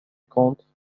compte